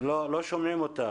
לא שומעים אותך.